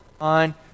On